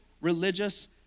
religious